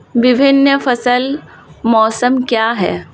विभिन्न फसल मौसम क्या हैं?